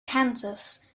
kansas